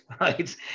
Right